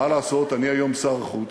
מה לעשות, אני היום שר החוץ,